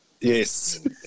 Yes